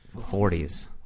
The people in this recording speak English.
Forties